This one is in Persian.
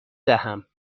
دهم